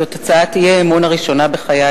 זאת הצעת האי-אמון הראשונה בחיי,